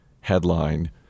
headline